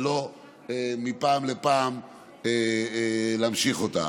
ולא מפעם לפעם להמשיך אותה.